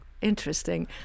interesting